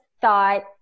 thought